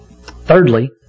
Thirdly